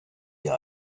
wir